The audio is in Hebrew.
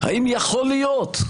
האם יכול להיות?